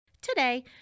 today